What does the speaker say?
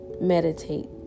meditate